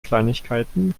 kleinigkeiten